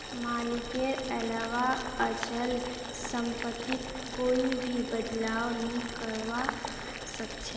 मालिकेर अलावा अचल सम्पत्तित कोई भी बदलाव नइ करवा सख छ